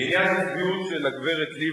בעניין הצביעות של הגברת לבני,